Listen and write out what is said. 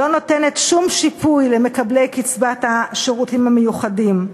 לא נותנת שום שיפוי למקבלי קצבת השירותים המיוחדים.